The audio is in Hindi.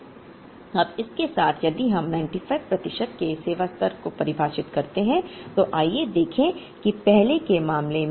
अब इसके साथ यदि हम 95 प्रतिशत के सेवा स्तर को परिभाषित करते हैं तो आइए देखें कि पहले के मामले में